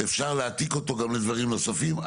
אפשר להעתיק אותו גם לדברים נוספים?